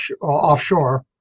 offshore